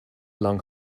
lang